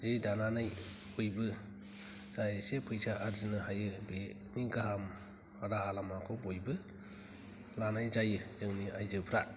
जि दानानै बयबो जा एसे फैसा आरजिनो हायो बेनि गाहाम राहा लामाखौ बयबो लानाय जायो जोंनि आइजोफ्रा